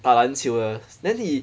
打篮球的 then he